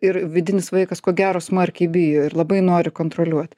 ir vidinis vaikas ko gero smarkiai bijo ir labai nori kontroliuot